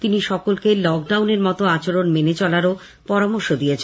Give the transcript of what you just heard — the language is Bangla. তিনি সকলকে লকডাউনের মতো আচরণ মেনে চলারও পরামর্শ দিয়েছেন